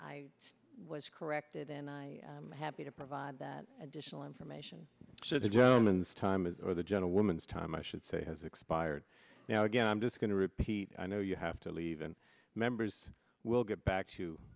i was corrected and i happy to provide that additional information so the gentlemens time is or the gentlewoman's time i should say has expired now again i'm just going to repeat i know you have to leave and members will get back to